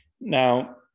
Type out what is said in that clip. Now